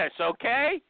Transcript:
okay